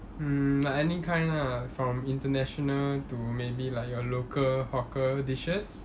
mm like any kind lah from international to maybe like your local hawker dishes